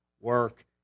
work